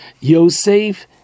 Yosef